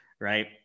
Right